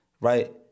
right